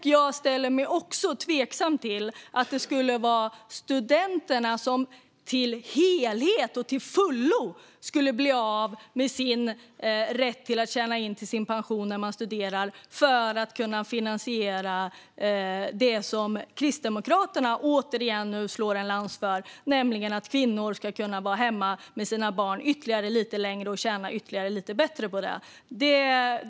Jag är också tveksam till att det skulle vara studenterna som till fullo skulle bli av med rätten att tjäna in till sin pension när de studerar för att man ska kunna finansiera det som Kristdemokraterna nu återigen drar en lans för, nämligen att kvinnor ska kunna vara hemma med sina barn ytterligare lite längre och tjäna ytterligare lite mer på det.